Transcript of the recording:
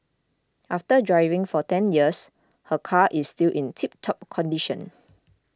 after driving for ten years her car is still in tip top condition